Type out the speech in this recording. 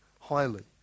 highly